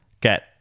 get